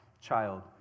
child